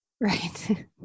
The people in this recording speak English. Right